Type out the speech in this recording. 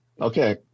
okay